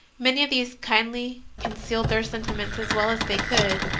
many of these kindly concealed their sentiments as well as they could,